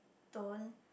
don't